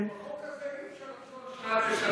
בחוק הזה אי-אפשר לישון שנת ישרים.